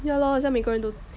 ya lor 好像每个人都